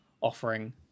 offering